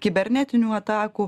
kibernetinių atakų